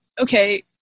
okay